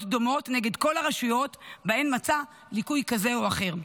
דומות נגד כל הרשויות שבהן מצא ליקוי כזה או אחר.